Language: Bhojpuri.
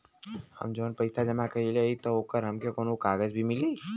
हम जवन पैसा जमा कइले हई त ओकर हमके कौनो कागज भी मिली?